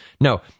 no